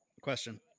Question